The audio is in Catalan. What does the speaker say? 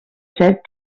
set